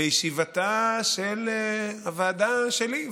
בישיבתה של הוועדה שלי,